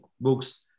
books